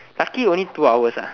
lucky only two hours